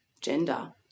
gender